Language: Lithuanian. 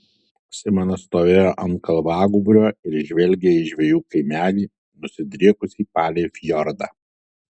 simonas stovėjo ant kalvagūbrio ir žvelgė į žvejų kaimelį nusidriekusį palei fjordą